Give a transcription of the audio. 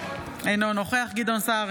אינו נוכח גדעון סער,